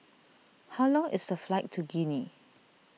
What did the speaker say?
how long is the flight to Guinea